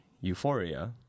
Euphoria